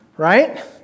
Right